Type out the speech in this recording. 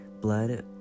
blood